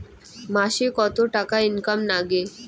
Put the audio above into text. মাসে কত টাকা ইনকাম নাগে?